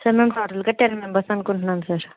sir మేం టోటల్గా ten members అనుకుంటున్నాం సార్